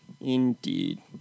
Indeed